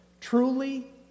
Truly